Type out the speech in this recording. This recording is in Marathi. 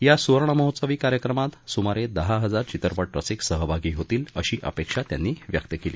या सुवर्णमहोत्सवी कार्यक्रमात सुमारे दहा हजार चित्रपट रसिक सहभागी होतील अशी अपेक्षा त्यांनी व्यक्त केली